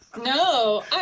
No